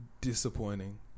disappointing